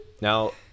Now